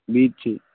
beach